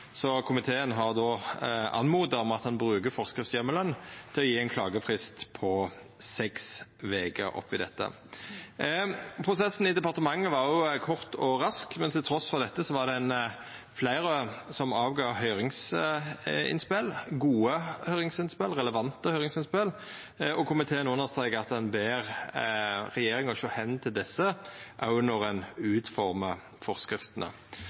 så komiteen har bedt om at ein bruker forskriftsheimelen til å gje ein klagefrist på seks veker. Prosessen i departementet var òg kort og rask, men trass i dette var det fleire som leverte høyringsinnspel – gode og relevante høyringsinnspel – og komiteen understrekar at ein ber regjeringa sjå på desse når ein utformar forskriftene.